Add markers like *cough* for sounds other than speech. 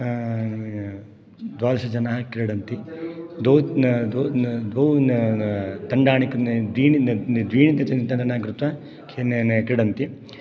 द्वादशजनाः क्रीडन्ति द्वौ न द्वौ दण्डानि *unintelligible* कृत्वा क्रीडन्ति